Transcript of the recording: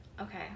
okay